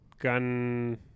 Gun